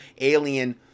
alien